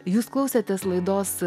jūs klausėtės laidos